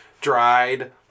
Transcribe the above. dried